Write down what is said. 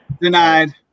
Denied